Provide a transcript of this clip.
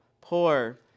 poor